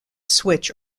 switch